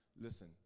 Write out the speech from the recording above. listen